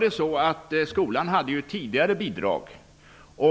Skolan hade emellertid tidigare bidrag.